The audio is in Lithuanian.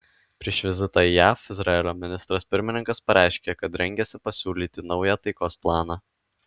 prieš vizitą į jav izraelio ministras pirmininkas pareiškė kad rengiasi pasiūlyti naują taikos planą